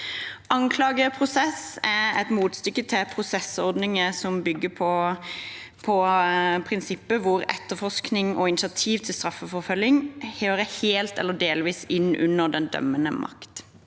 Anklageprosess er et motstykke til prosessordninger som bygger på prinsippet hvor etterforskning og initiativ til straffeforfølgning helt eller delvis hører inn under den dømmende makt.